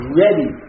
ready